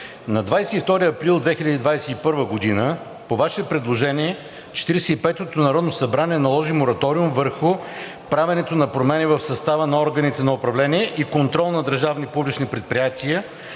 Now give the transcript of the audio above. на 22 април 2021 г. по Ваше предложение Четиридесет и петото народно събрание наложи мораториум върху правенето на промени в състава на органите на управление и контрол над държавни публични предприятия,